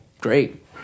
great